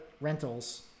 rentals